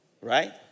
right